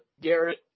Garrett